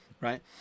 right